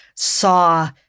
Saw